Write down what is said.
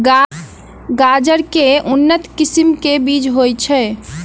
गाजर केँ के उन्नत किसिम केँ बीज होइ छैय?